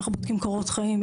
איך בודקים קורות חיים,